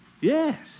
Yes